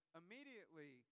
immediately